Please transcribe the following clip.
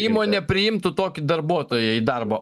įmonė priimtų tokį darbuotoją į darbą